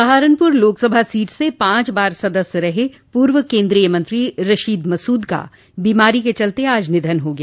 Saharanpur Lok Sabha seat से पांच बार सदस्य रहे पूर्व केन्द्रीय मंत्री रशीद मसूद का बीमारी के चलत आज निधन हो गया